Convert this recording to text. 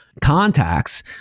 contacts